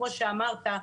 כמו שאמרת,